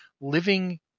living